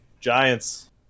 Giants